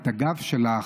את הגב שלך,